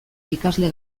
ikasle